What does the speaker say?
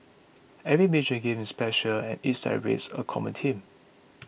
every major games is special and each celebrates a common team